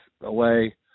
away